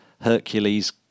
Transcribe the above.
Hercules-